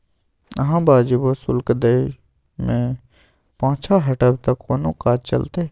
अहाँ वाजिबो शुल्क दै मे पाँछा हटब त कोना काज चलतै